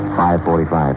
5.45